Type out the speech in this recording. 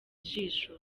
ijisho